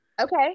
okay